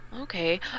Okay